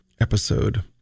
episode